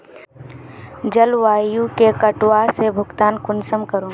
जलवायु के कटाव से भुगतान कुंसम करूम?